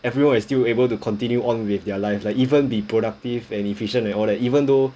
everyone is still able to continue on with their life like even be productive and efficient and all that eventhough